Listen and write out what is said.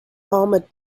armored